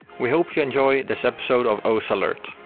we hope you enjoy this episode of osu! alert.